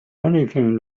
anything